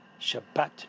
Shabbat